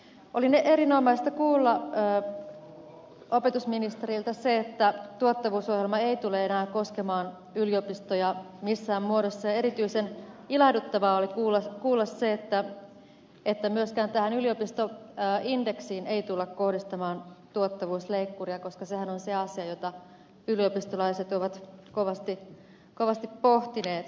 oli erinomaista kuulla opetusministeriltä se että tuottavuusohjelma ei tule enää koskemaan yliopistoja missään muodossa ja erityisen ilahduttavaa oli kuulla se että myöskään tähän yliopistoindeksiin ei tulla kohdistamaan tuottavuusleikkuria koska sehän on se asia jota yliopistolaiset ovat kovasti pohtineet viime aikoina